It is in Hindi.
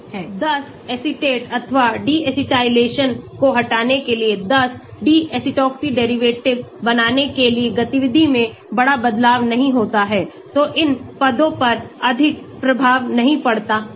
10 एसीटेट अथवा acetyl को हटाने से 10 deacetoxy derivative बनने से गतिविधि में बड़ा बदलाव नहीं होता है तो इन पदों पर अधिक प्रभाव नहीं पड़ता है